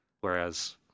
whereas